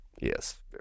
Yes